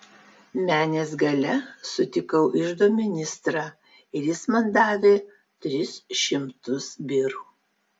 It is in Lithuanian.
menės gale sutikau iždo ministrą ir jis man davė tris šimtus birų